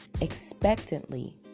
expectantly